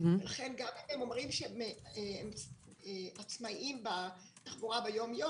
לכן גם אם הם אומרים שהם עצמאים בתחבורה ביום-יום,